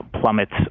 plummets